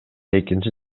экинчи